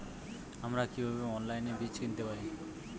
আমরা কীভাবে অনলাইনে বীজ কিনতে পারি?